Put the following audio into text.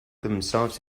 themselves